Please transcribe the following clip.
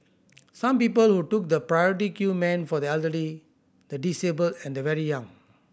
some people who took the priority queue meant for the elderly the disabled and the very young